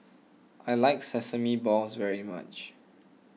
I like Sesame Balls very much